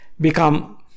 become